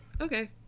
Okay